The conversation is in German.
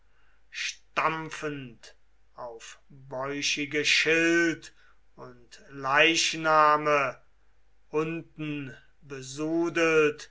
stampfend auf bäuchige schild und leichname unten